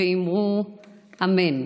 ואמרו אמן.